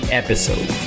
episode